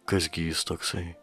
kas gi jis toksai